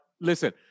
listen